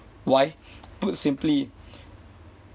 why put simply